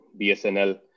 BSNL